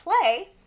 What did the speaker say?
play